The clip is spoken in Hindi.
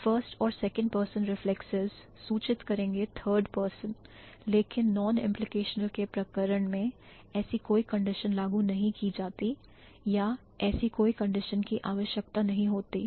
यह first और second person reflexives सूचित करेंगे third person लेकिन non implicational के प्रकरण में ऐसी कोई कंडीशन लागू नहीं की जाती या ऐसी कोई कंडीशन की आवश्यकता नहीं होती